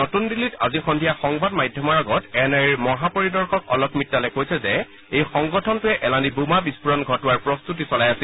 নতুন দিল্লীত আজি সন্ধিয়া সংবাদ মাধ্যমৰ আগত এন আই এৰ মহা পৰিদৰ্শক অলক মিটালে কৈছে যে এই সংগঠনটোৱে এলানি বোমা বিস্ফোৰণ ঘটোৱাৰ প্ৰস্ততি চলাই আছিল